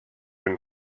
been